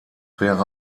wäre